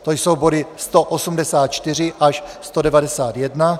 To jsou body 184 až 191.